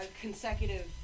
consecutive